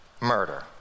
murder